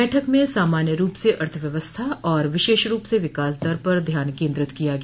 बैठक में सामान्य रूप से अर्थव्यवस्था और विशेष रूप से विकास दर पर ध्यान केंद्रित किया गया